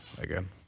again